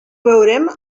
veurem